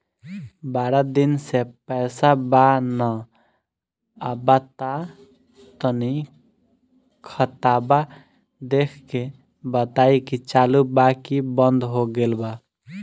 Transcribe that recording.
बारा दिन से पैसा बा न आबा ता तनी ख्ताबा देख के बताई की चालु बा की बंद हों गेल बा?